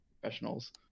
professionals